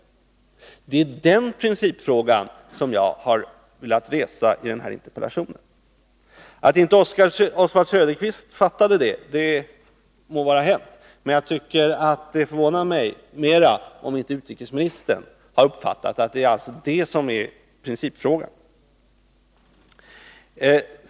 Att inte Oswald Söderqvist fattade det må vara hänt, men det förvånar mig mera om inte utrikesministern har uppfattat att det är detta som är principfrågan.